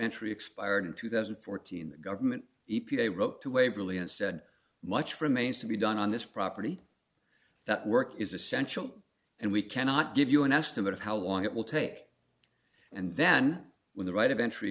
entry expired in two thousand and fourteen the government e p a wrote to waverley and said much for mains to be done on this property that work is essential and we cannot give you an estimate of how long it will take and then when the right of entry